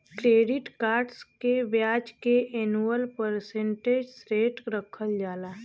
credit cards के ब्याज के एनुअल परसेंटेज रेट रखल जाला